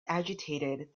agitated